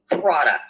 product